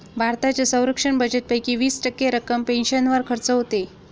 भारताच्या संरक्षण बजेटपैकी वीस टक्के रक्कम पेन्शनवर खर्च होते